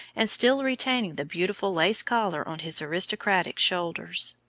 and still retaining the beautiful lace collar on his aristocratic shoulders.